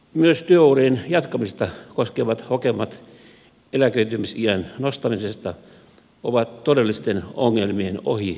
myös työurien jatkamista koskevat hokemat eläköitymisiän nostamisesta ovat todellisten ongelmien ohi puhumista